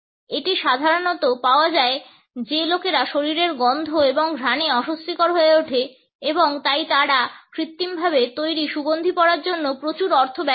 এটি সাধারণত পাওয়া যায় যে লোকেরা শরীরের গন্ধ এবং ঘ্রাণে অস্বস্তিকর হয়ে ওঠে এবং তাই তারা কৃত্রিমভাবে তৈরি সুগন্ধি পরার জন্য প্রচুর অর্থ ব্যয় করে